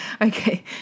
Okay